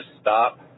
stop